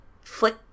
Flick